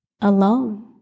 Alone